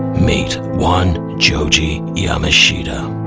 meet one jouji yamashita,